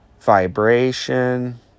vibration